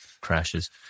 crashes